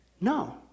No